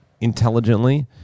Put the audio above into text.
intelligently